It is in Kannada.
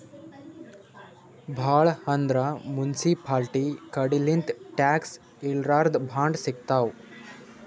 ಭಾಳ್ ಅಂದ್ರ ಮುನ್ಸಿಪಾಲ್ಟಿ ಕಡಿಲಿಂತ್ ಟ್ಯಾಕ್ಸ್ ಇರ್ಲಾರ್ದ್ ಬಾಂಡ್ ಸಿಗ್ತಾವ್